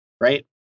right